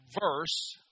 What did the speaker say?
verse